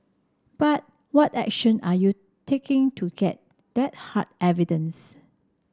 but what action are you taking to get that hard evidence